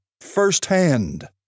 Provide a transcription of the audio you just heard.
firsthand